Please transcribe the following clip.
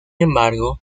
embargo